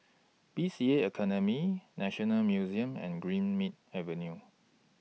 B C A Academy National Museum and Greenmead Avenue